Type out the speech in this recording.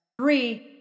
Three